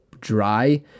dry